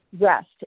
rest